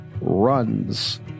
runs